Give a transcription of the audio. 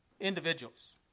individuals